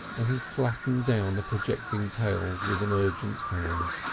and he flattened down the projecting tails with an urgent hand.